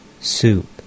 soup